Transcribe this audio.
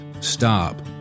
stop